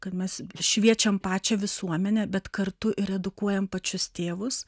kad mes šviečiam pačią visuomenę bet kartu ir edukuojam pačius tėvus